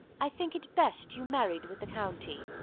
i think it best you married with the county.